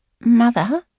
Mother